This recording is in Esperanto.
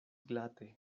glate